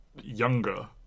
younger